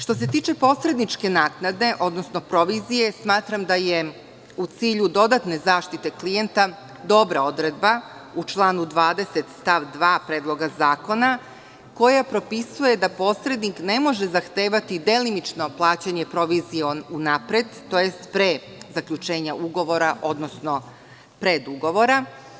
Što se tiče posredničke naknade, odnosno provizije, smatram da je u cilju dodatne zaštite klijenta dobra odredba u članu 20. stav 2. Predloga zakona koja propisuje da posrednik ne može zahtevati delimično plaćanje provizije unapred, tj. pre zaključenja ugovora, odnosno predugovora.